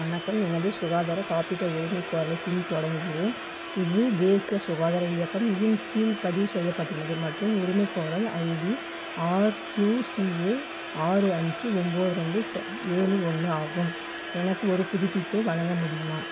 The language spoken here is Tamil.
வணக்கம் எனது சுகாதாரக் காப்பீட்டு உரிமைக்கோரலைப் பின் தொடங்குகின்றேன் இது தேசிய சுகாதார இயக்கம் இன் கீழ் பதிவு செய்யப்பட்டுள்ளது மற்றும் உரிமைக்கோரல் ஐடி ஆர்கியூசிஏ ஆறு அஞ்சு ஒன்போது ரெண்டு ஏழு ஒன்று ஆகும் எனக்கு ஒரு புதுப்பிப்பை வழங்க முடியுமா